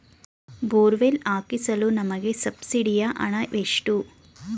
Borewell ಹಾಕಿಸಲು ನಮಗೆ ಸಬ್ಸಿಡಿಯ ಹಣವೆಷ್ಟು?